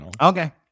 Okay